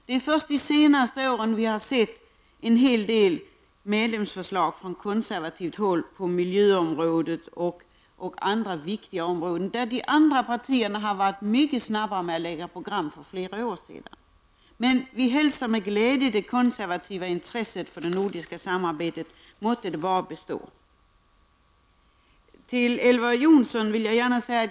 Det är först de senaste åren som vi har sett en hel del medlemsförslag från konservativt håll på miljöområdet och andra viktiga områden, där de andra partierna har lagt fram program mycket snabbt, för flera år sedan. Vi hälsar dock med glädje det konservativa intresset för det nordiska samarbetet. Måtte det bara bestå.